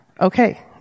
Okay